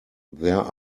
there